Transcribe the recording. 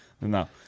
No